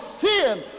sin